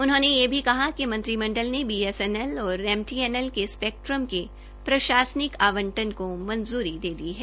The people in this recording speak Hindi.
उन्होंने यह भी कहा कि मंत्रिमंडल ने बीएसएनएल और एमटीएनएल के स्पेक्ट्रम के प्रशासनिक आवंटन को मंजूरी दे दी है